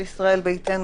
של ישראל ביתנו,